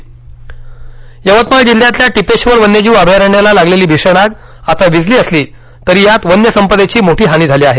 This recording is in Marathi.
इंट्रो यवतमाळ यवतमाळ जिल्ह्यातल्या टिपेश्व र वन्यजीव अभयारण्याला लागलेली भीषण आग आता विझली असली तरी यात वन्य संपदेची मोठी हानी झाली आहे